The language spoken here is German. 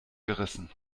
gerissen